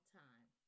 time